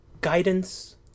guidance